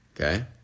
Okay